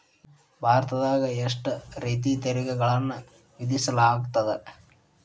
ಭಾರತದಾಗ ಎಷ್ಟ ರೇತಿ ತೆರಿಗೆಗಳನ್ನ ವಿಧಿಸಲಾಗ್ತದ?